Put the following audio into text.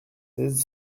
seize